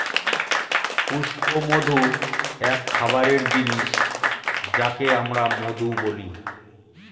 পুষ্পমধু এক খাবারের জিনিস যাকে আমরা মধু বলি